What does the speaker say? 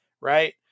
right